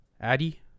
Addy